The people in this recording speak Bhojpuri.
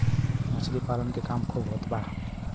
मछली पालन के काम खूब होत बा